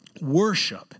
worship